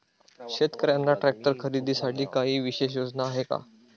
शेतकऱ्यांना ट्रॅक्टर खरीदीसाठी काही विशेष योजना आहे का?